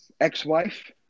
ex-wife